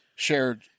shared